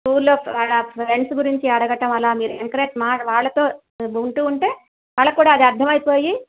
స్కూల్లో వాళ్ళ ఫ్రెండ్స్ గురించి అడగడం అలా మీరు ఎంకరేజ్ వాళ్ళతో ఉంటూ ఉంటే వాళ్ళకూడా అది అర్థమయిపోయి